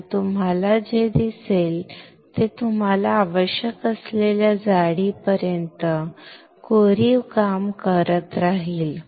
आणि तुम्हाला जे दिसेल ते तुम्हाला आवश्यक असलेल्या जाडीपर्यंत कोरीव काम करत राहील